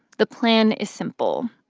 the plan is simple.